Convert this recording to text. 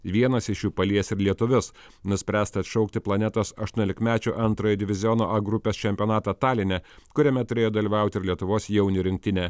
vienas iš jų palies ir lietuvius nuspręsta atšaukti planetos aštuoniolikmečių antrojo diviziono a grupės čempionatą taline kuriame turėjo dalyvauti ir lietuvos jaunių rinktinė